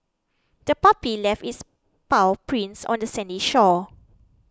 the puppy left its paw prints on the sandy shore